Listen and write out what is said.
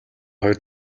хоёр